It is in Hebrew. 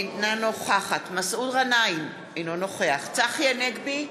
אינה נוכחת מסעוד גנאים, אינו נוכח צחי הנגבי,